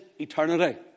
eternity